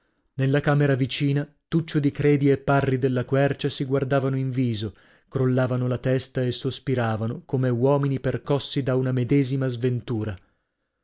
nella camera vicina tuccio di credi e parri della quercia si guardavano in viso crollavano la testa e sospiravano come uomini percossi da una medesima sventura